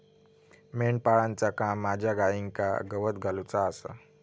मेंढपाळाचा काम माझ्या गाईंका गवत घालुचा आसा